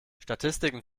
statistiken